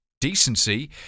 Decency